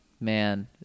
Man